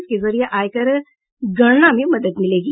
इसके जरिये आयकर गणना में मदद मिलेगी